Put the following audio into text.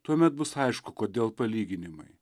tuomet bus aišku kodėl palyginimai